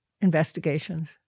investigations